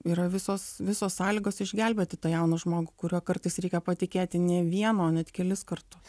yra visos visos sąlygos išgelbėti tą jauną žmogų kuriuo kartais reikia patikėti ne vieną o net kelis kartus